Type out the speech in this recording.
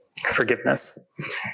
Forgiveness